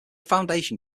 foundation